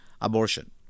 abortion